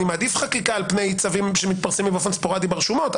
אני מעדיף חקיקה על פני צווים שמתפרסמים באופן ספוראדי ברשומות.